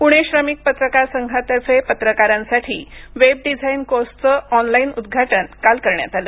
पूणे श्रमिक पत्रकार संघातर्फे पत्रकारांसाठी वेब डिझाईन कोर्सचं ऑनलाईन उद्घाटन काल करण्यात आलं